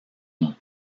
nom